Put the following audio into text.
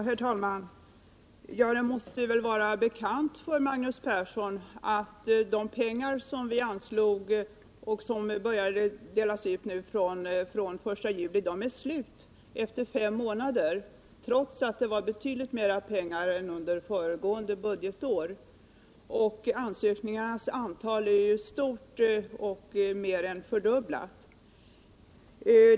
Herr talman! Det måste väl vara bekant för Magnus Persson att de pengar som vi anslog och började dela ut den 1 juli är slut — efter fem månader — trots att det var betydligt mer pengar än under föregående budgetår. Antalet ansökningar är stort — mer än fördubblat.